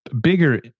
bigger